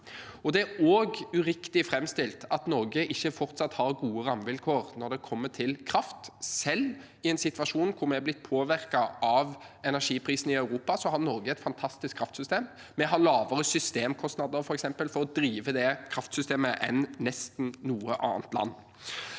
Det er også uriktig å framstille det som at Norge ikke fortsatt har gode rammevilkår når det gjelder kraft. Selv i en situasjon hvor vi er blitt påvirket av energiprisene i Europa, har Norge et fantastisk kraftsystem. Vi har f.eks. lavere systemkostnader ved å drive det kraftsystemet enn nesten noe annet land.